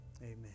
amen